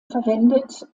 verwendet